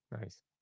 Nice